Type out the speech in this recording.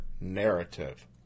narrative